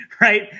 right